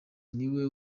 niwe